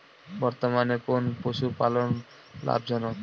বর্তমানে কোন পশুপালন লাভজনক?